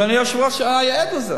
אדוני היושב-ראש היה עד לזה.